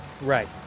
Right